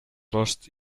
lost